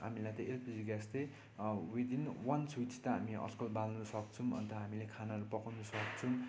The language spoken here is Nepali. हामीलाई त्यही एलपिजी ग्यास त्यही विदिन वान स्विच त हामी आजकल बाल्नु सक्छौँ अन्त हामीले खानाहरू पकाउनु सक्छौँ